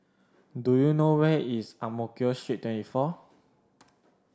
do you know where is Ang Mo Kio Street Twenty four